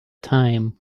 time